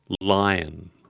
lion